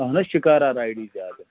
اَہَن حظ شِکارا رایِڈٕے زیادٕ